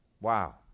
Wow